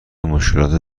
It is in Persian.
مشکلات